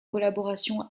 collaboration